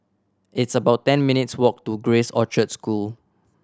it's about ten minutes' walk to Grace Orchard School